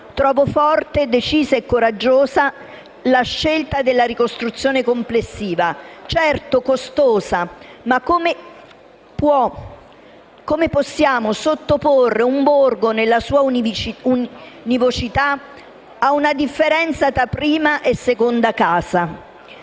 Trovo forte, decisa e coraggiosa la scelta della ricostruzione complessiva. Certo, essa è costosa, ma come si può sottoporre un borgo, nella sua univocità, ad una differenza tra prime e seconde case?